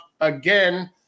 again